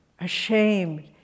ashamed